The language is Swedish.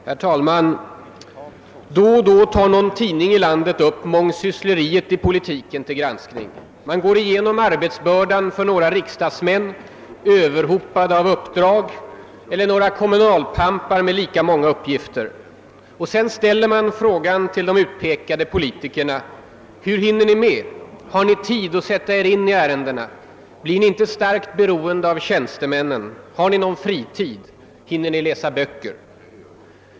Herr talman! Då och då tar någon tidning i landet upp mångsyssleriet i politiken till granskning. Man går igenom arbetsbördan för några riksdagsmän, överhopade av uppdrag, eller några kommunalpampar med lika många uppgifter. Och sedan frågar man de utpekade politikerna: Hur hinner ni med? Har ni tid att sätta er in i ärendena? Blir ni inte starkt beroende av tjänstemännen? Har ni någon fritid? Hinner ni läsa böcker?